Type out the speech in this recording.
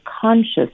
conscious